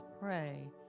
pray